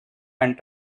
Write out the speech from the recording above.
and